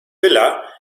villa